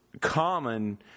common